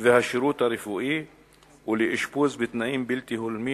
והשירות הרפואי ולאשפוז בתנאים בלתי הולמים